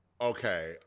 Okay